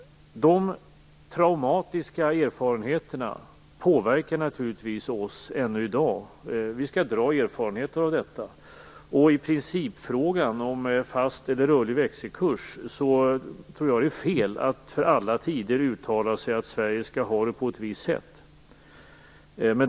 De traumatiska erfarenheterna påverkar naturligtvis oss ännu i dag. Vi skall dra lärdom av dessa erfarenheter. I principfrågan, om fast eller rörlig växelkurs, tror jag att det är fel att för alla tider uttala att Sverige skall ha det på ett visst sätt.